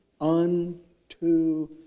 unto